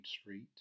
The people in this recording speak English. Street